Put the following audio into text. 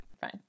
fine